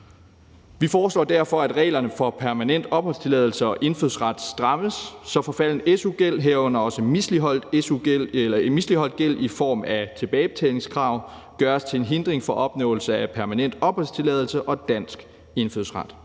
Vi foreslår derfor, at reglerne for permanent opholdstilladelse og indfødsret strammes, så forfalden su-gæld, herunder også misligholdt gæld i form af tilbagebetalingskrav, gøres til en hindring for opnåelse af permanent opholdstilladelse og dansk indfødsret.